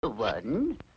One